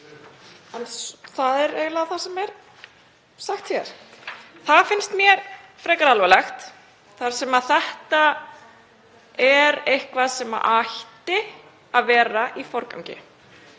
Það finnst mér frekar alvarlegt þar sem þetta er eitthvað sem ætti að vera í forgangi.